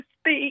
speak